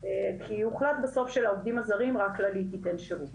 הוחלט בסוף שלעובדים הזרים רק כללית תיתן שירות